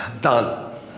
Done